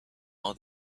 all